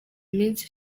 minsi